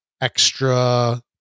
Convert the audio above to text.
extra